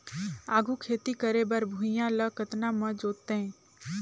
आघु खेती करे बर भुइयां ल कतना म जोतेयं?